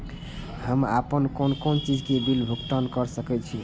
हम आपन कोन कोन चीज के बिल भुगतान कर सके छी?